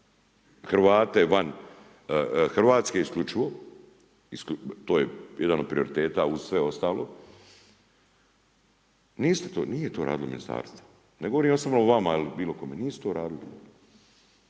Hrvatske isključivo to je jedan od prioriteta uz sve ostalo. Nije to radilo ministarstvo. Ne govorim osobno o vama ili bilo kome. Nisu to radili,